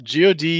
GOD